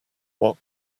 what